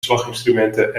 slaginstrumenten